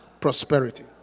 prosperity